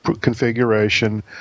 configuration